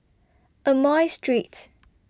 Amoy Street